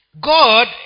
God